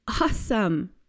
awesome